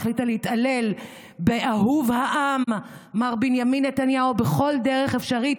החליטה להתעלל באהוב העם מר בנימין נתניהו בכל דרך אפשרית,